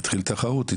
תתחיל איתו תחרות,